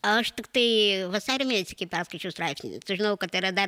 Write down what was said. aš tiktai vasario mėnesį kai perskaičiau straipsnį sužinojau kad yra dar